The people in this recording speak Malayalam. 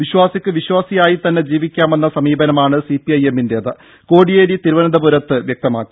വിശ്വാസിക്ക് വിശ്വാസിയായി തന്നെ ജീവിക്കാമെന്ന സമീപനമാണ് സിപിഐഎമ്മിന്റേതെന്ന് കോടിയേരി തിരുവനന്തപുരത്ത് അറിയിച്ചു